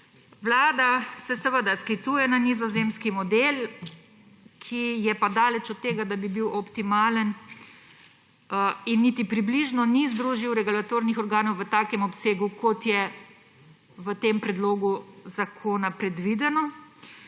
Vlada se sklicuje na nizozemski model, ki je pa daleč od tega, da bi bil optimalen in niti približno ni združil regulatornih organov v takem obsegu, kot je predvideno v tem predlogu zakona.